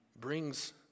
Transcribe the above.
brings